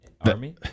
army